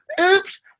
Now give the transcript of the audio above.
oops